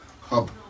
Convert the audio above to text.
hub